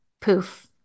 poof